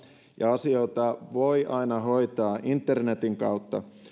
ja asioita voi aina hoitaa internetin kautta